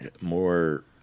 more